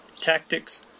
tactics